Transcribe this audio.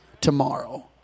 tomorrow